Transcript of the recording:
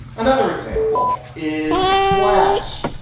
another example is slash.